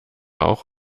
auch